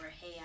hey